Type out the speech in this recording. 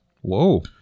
Whoa